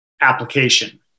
application